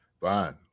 Fine